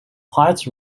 quiet